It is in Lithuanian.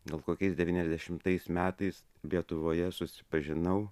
gal kokiais devyniasdešimtais metais lietuvoje susipažinau